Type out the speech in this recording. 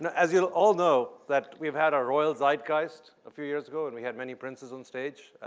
and as you all know, that we've had our royal zeitgeist a few years ago, and we had many princes on stage.